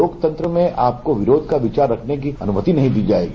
लोकतंत्र में आपको विरोध का विचार रखने की अन्मति नहीं दी जाएगी